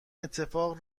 اتفاق